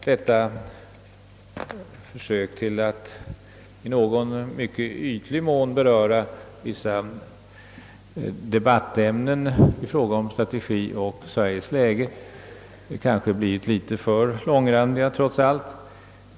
Detta försök till att i någon — mycket ytlig — mån beröra vissa debattämnen i fråga om strategi och Sveriges läge kanske trots allt har blivit litet för långrandigt.